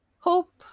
Hope